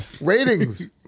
Ratings